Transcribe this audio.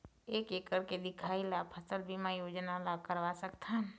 एक एकड़ के दिखाही ला फसल बीमा योजना ला करवा सकथन?